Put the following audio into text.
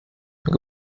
mehr